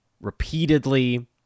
repeatedly